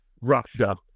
Russia